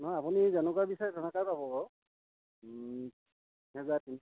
নহয় আপুনি যেনেকুৱা বিচাৰে তেনেকুৱাই পাব বাৰু দুহেজাৰ তিনি